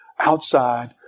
Outside